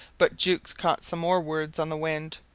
but jukes caught some more words on the wind.